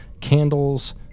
candles